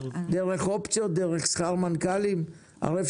דרך אופציות, דרך שכר מנכ"לים?